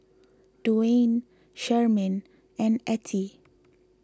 Duwayne Charmaine and Ettie